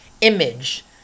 image